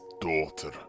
daughter